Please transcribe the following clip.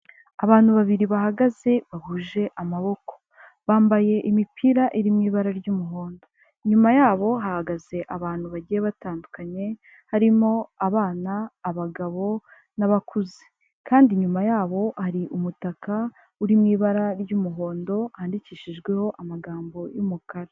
Abantu babiri bahagaze bahuje amaboko, bambaye imipira iri mu ibara ry'umuhondo, inyuma yabo hahagaze abantu bagiye batandukanye harimo abana, abagabo n'abakuze, kandi inyuma yabo hari umutaka uri mu ibara ry'umuhondo handikishijweho amagambo y'umukara.